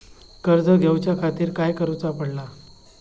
कर्ज घेऊच्या खातीर काय करुचा पडतला?